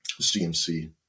CMC